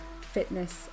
fitness